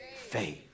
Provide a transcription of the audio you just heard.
faith